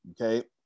Okay